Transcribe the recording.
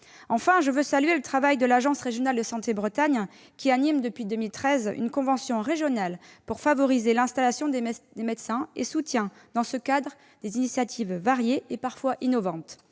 Enfin, je veux saluer le travail de l'agence régionale de santé de Bretagne, qui anime depuis 2013 une convention régionale pour favoriser l'installation des médecins, et soutient dans ce cadre des initiatives variées et parfois innovantes.